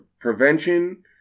prevention